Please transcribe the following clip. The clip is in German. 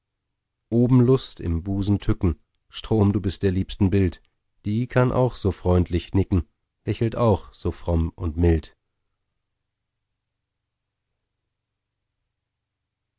oben lust im busen tücken strom du bist der liebsten bild die kann auch so freundlich nicken lächelt auch so fromm und mild